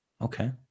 Okay